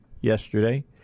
yesterday